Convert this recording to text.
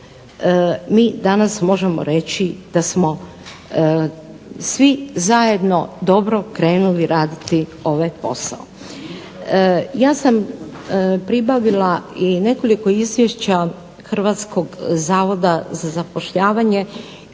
mi danas možemo reći da smo svi zajedno dobro krenuli raditi ovaj posao. Ja sam pribavila i nekoliko izvješća Hrvatskog zavoda za zapošljavanje.